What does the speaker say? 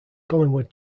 collingwood